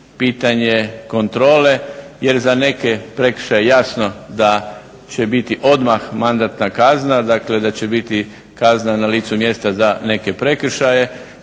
pitanje kontrole jer za neke prekršaje jasno da će biti odmah mandatna kazna, dakle da će biti kazna na licu mjesta za neke prekršaje